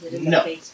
No